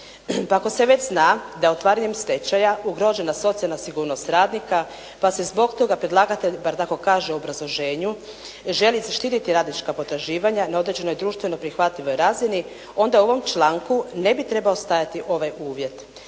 Pa ako se već zna da otvaranjem stečaja ugrožena socijalna sigurnost radnika, pa se zbog toga predlagatelj bar tako kaže u obrazloženju želi zaštiti radnička potraživanja na određenoj društveno prihvatljivoj razini, onda u ovom članku ne bi trebao stajati ovaj uvjet